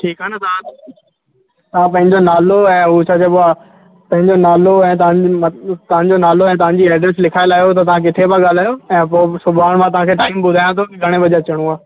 ठीकु आहे न तव्हां तव्हां पंहिंजो नालो ऐं हू छा चइबो आहे पंहिंजो नालो ऐं तव्हांजी तव्हांजो नालो ऐं तव्हांजी एड्रेस लिखाए लाहियो त तव्हां किथे पिया ॻाल्हायो ऐं पोइ सुभाणे मां तव्हांखे टाइम ॿुधायां थो की घणे बजे अचिणो आहे